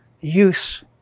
use